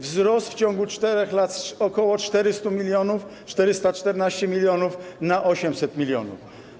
Wzrost w ciągu 4 lat z ok. 400 mln, 414 mln, do 800 mln.